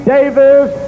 Davis